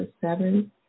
seven